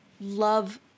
love